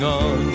on